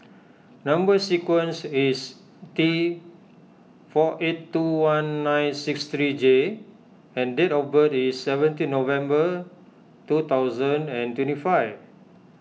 Number Sequence is T four eight two one nine six three J and date of birth is seventeen November two thousand and twenty five